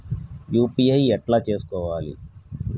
UPI ఎట్లా చేసుకోవాలి?